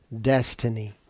destiny